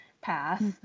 path